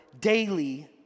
daily